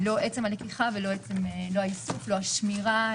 לא עצם הלקיחה, לא האיסוף, ולא השמירה.